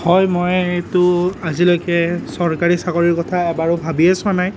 হয় মইটো আজিলৈকে চৰকাৰী চাকৰিৰ কথা এবাৰো ভাবিয়েই চোৱা নাই